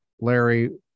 larry